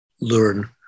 learn